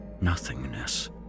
nothingness